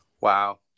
wow